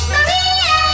Maria